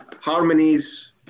harmonies